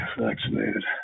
vaccinated